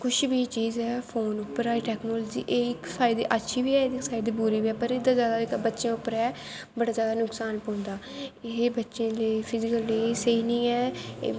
कुश बी चीज़ ऐ फोन उप्परा टैकनालज़ी एह् ऐ इक साईट दी अच्छी बी ऐ ते बुरी बी ऐ पर एह्दा बड़ा जादा जेह्का बच्चें पर ऐ बड़ा जादा नुकसान पौंदा एह् बच्चें लेई फिजीकली स्हेई नी ऐ